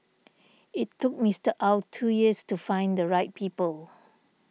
it took Mister Ow two years to find the right people